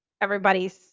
everybody's